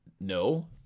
No